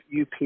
UP